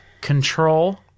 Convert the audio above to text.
Control